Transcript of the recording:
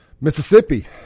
Mississippi